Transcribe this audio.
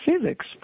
physics